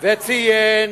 ואמר, וציין,